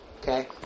Okay